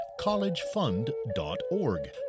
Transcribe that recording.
collegefund.org